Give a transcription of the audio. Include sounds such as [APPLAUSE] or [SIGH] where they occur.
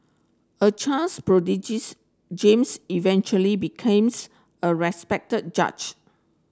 a chance prodigies James eventually became [UNINTELLIGIBLE] a respected judge